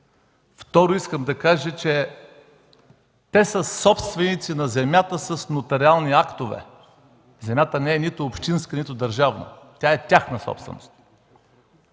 Второ, те са собственици на земята с нотариални актове – земята не е нито общинска, нито държавна, тя е тяхна собственост.